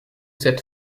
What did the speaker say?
cette